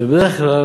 ובדרך כלל,